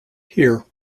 here